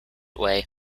way